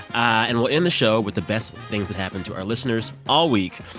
and we'll end the show with the best things that happened to our listeners all week.